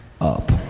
up